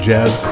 Jazz